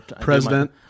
president